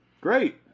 Great